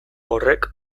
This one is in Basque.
horrek